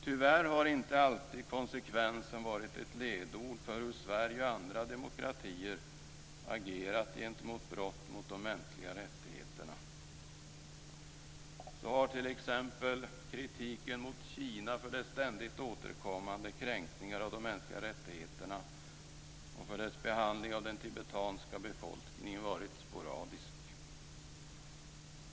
Tyvärr har inte alltid konsekvens varit ett ledord för hur Sverige och andra demokratier agerat gentemot brott mot de mänskliga rättigheterna. Så har t.ex. kritiken mot Kina för dess ständigt återkommande kränkningar av de mänskliga rättigheterna och för dess behandling av den tibetanska befolkningen varit sporadisk.